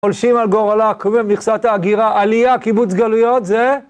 חולשים על גורלה, קובעים את מכסת ההגירה, עלייה, קיבוץ גלויות, זה?